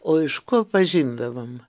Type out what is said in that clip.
o iš ko pažindavom